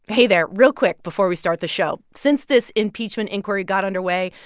hey there. real quick before we start the show since this impeachment inquiry got underway,